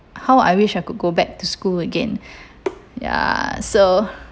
how I wish I could go back to school again ya so